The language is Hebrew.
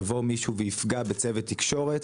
יבוא מישהו ויפגע בצוות תקשורת,